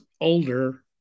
older